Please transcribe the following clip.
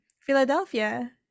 Philadelphia